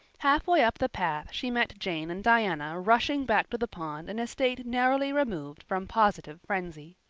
halfway up the path she met jane and diana rushing back to the pond in a state narrowly removed from positive frenzy.